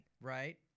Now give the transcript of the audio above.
right